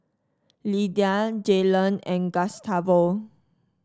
Lydia Jaylon and Gustavo